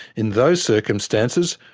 in those circumstances,